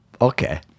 Okay